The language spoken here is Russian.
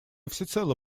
всецело